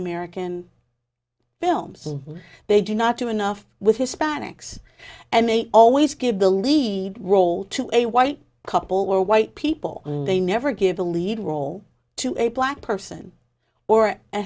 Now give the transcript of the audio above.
american films they do not do enough with hispanics and they always give the leave role to a white couple or white people they never give a lead role to a black person or a